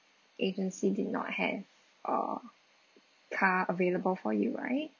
agency did not have uh car available for you right